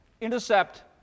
intercept